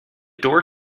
door